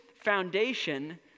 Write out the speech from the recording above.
foundation